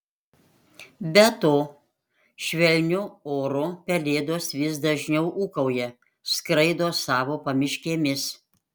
be to švelniu oru pelėdos vis dažniau ūkauja skraido savo pamiškėmis